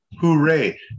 hooray